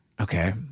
Okay